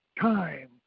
time